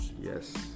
Yes